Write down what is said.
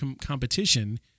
competition